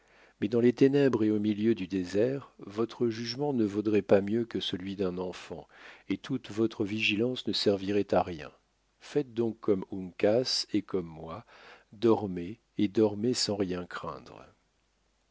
mais dans les ténèbres et au milieu du désert votre jugement ne vaudrait pas mieux que celui d'un enfant et toute votre vigilance ne servirait à rien faites donc comme uncas et comme moi dormez et dormez sans rien craindre